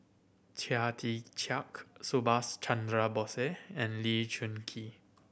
Chia Tee Chiak Subhas Chandra Bose and Lee Choon Kee